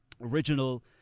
original